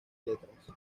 letras